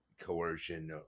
coercion